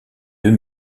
deux